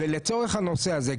ולצורך הנושא הזה,